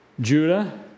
Judah